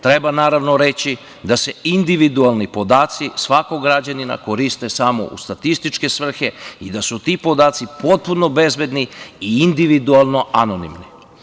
Treba naravno reći da se individualni podaci svakog građanina koriste samo u statističke svrhe i da su ti podaci potpuno bezbedni i individualno anonimni.